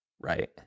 right